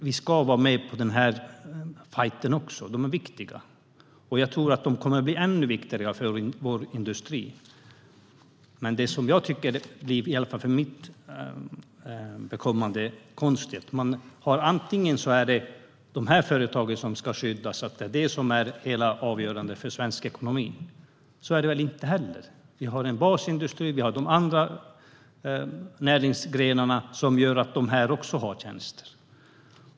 Vi ska vara med och ta fajten också för dem. De är viktiga för vår industri, och jag tror att de kommer att bli ännu viktigare. Men det är konstigt, tycker i alla fall jag, att man säger att det är de här företagen som ska skyddas eftersom de är avgörande för svensk ekonomi. Så är det väl inte. Vi har en basindustri, och vi har de andra näringsgrenarna, som gör att de också har tjänster.